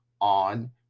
on